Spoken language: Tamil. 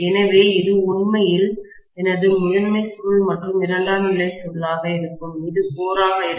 எனவே இது உண்மையில் எனது முதன்மை சுருள் மற்றும் இது இரண்டாம் நிலை சுருளாக இருக்கும் இது கோராக இருக்கும்